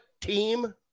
team